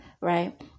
right